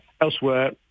Elsewhere